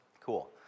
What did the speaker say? Cool